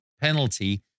penalty